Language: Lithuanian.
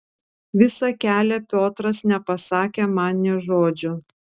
visą kelią piotras nepasakė man nė žodžio